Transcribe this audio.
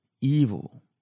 evil